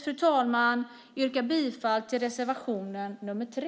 Jag vill yrka bifall till reservation nr 3.